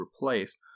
replaced